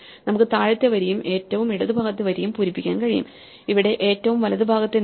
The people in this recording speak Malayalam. നമുക്ക് താഴത്തെ വരിയും ഏറ്റവും ഇടത് ഭാഗത്തെ നിരയും പൂരിപ്പിക്കാൻ കഴിയും ഇവിടെ ഏറ്റവും വലത് ഭാഗത്തെ നിര